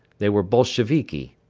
they were bolsheviki.